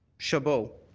chabot.